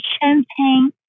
champagne